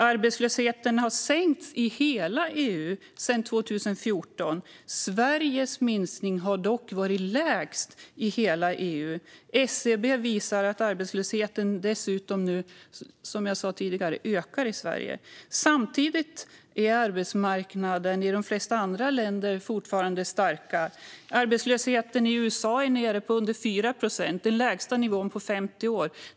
Arbetslösheten har sänkts i hela EU sedan 2014. Sveriges minskning har dock varit lägst i hela EU. SCB visar att arbetslösheten dessutom nu ökar i Sverige, som jag sa tidigare. Samtidigt är arbetsmarknaderna i de flesta andra länder fortfarande starka. Arbetslösheten i USA är nere under 4 procent, den lägsta nivån på 50 år.